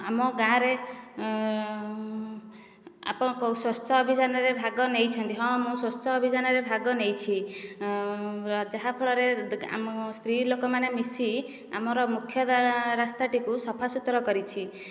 ଆମ ଗାଁରେ ଆପଣ କେଉଁ ସ୍ଵଚ୍ଛ ଅଭିଯାନରେ ଭାଗ ନେଇଛନ୍ତି ହଁ ମୁଁ ସ୍ଵଚ୍ଛ ଅଭିଯାନରେ ଭାଗ ନେଇଛି ଯାହା ଫଳରେ ଆମ ସ୍ତ୍ରୀ ଲୋକମାନେ ମିଶି ଆମର ମୁଖ୍ୟ ରାସ୍ତା ଟିକୁ ସଫା ସୁତରା କରିଛି